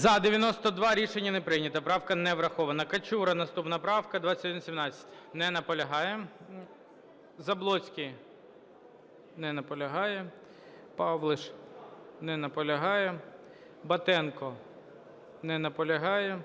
За-92 Рішення не прийнято. Правка не врахована. Качура, наступна правка 2117. Не наполягає. Заблоцький. Не наполягає. Павліш. Не наполягає. Батенко. Не наполягає.